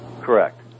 Correct